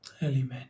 element